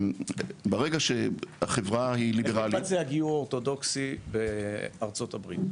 ברגע שהחברה היא ליברלית --- איך מתבצע גיור אורתודוקסי בארצות הברית?